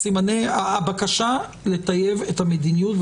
סימני הבקשה לטייב את המדיניות,